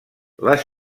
les